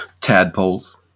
tadpoles